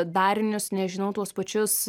darinius nežinau tuos pačius